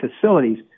facilities